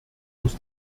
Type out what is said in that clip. muss